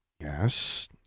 Yes